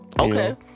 Okay